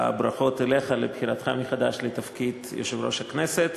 ברכות לך על בחירתך מחדש לתפקיד יושב-ראש הכנסת.